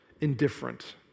indifferent